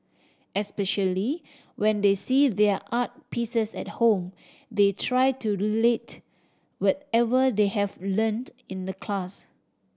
especially when they see their art pieces at home they try to relate whatever they have learnt in the class